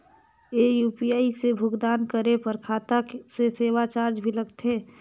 ये यू.पी.आई से भुगतान करे पर खाता से सेवा चार्ज भी लगथे?